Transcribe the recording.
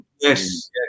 Yes